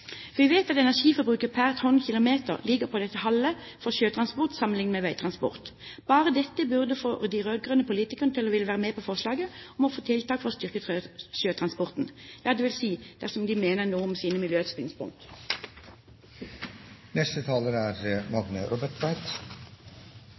Vi vet at energiforbruket per tonnkilometer ligger på det halve for sjøtransport sammenliknet med veitransport. Bare dette burde få de rød-grønne politikerne til å ville være med på forslaget om å få til tiltak for å styrke sjøtransporten – ja, dvs. dersom de mener noe med sine miljøsynspunkter. Det er